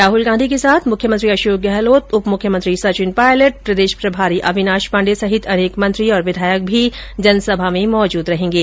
राहुल गांधी के साथ मुख्यमंत्री अशोक गहलोत उप मुख्यमंत्री सचिन पायलट प्रदेश प्रभारी अविनाश पाण्डे सहित अनेक मंत्री और विधायक भी जनसभा में मौजूद रहेंगे